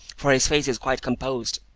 for his face is quite composed.